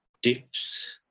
dips